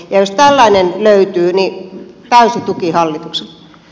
jos tällainen löytyy niin täysi tuki hallitukselle